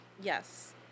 Yes